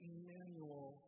Emmanuel